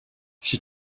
she